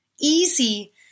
easy